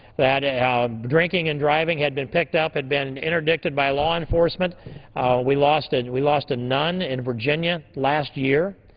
that ah drinking and driving had been picked up, had been and interdicted by law enforcement we lost and we lost a nun in virginia last year,